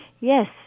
Yes